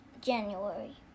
january